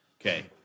Okay